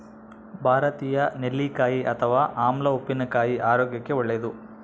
ಭಾರತೀಯ ನೆಲ್ಲಿಕಾಯಿ ಅಥವಾ ಆಮ್ಲ ಉಪ್ಪಿನಕಾಯಿ ಆರೋಗ್ಯಕ್ಕೆ ಒಳ್ಳೇದು